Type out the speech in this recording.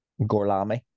Gorlami